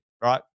Right